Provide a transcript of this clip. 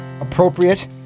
appropriate